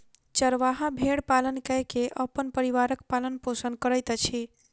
चरवाहा भेड़ पालन कय के अपन परिवारक पालन पोषण करैत अछि